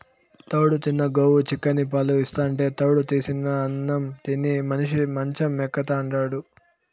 తౌడు తిన్న గోవు చిక్కని పాలు ఇస్తాంటే తౌడు తీసిన అన్నం తిని మనిషి మంచం ఎక్కుతాండాడు